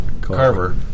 Carver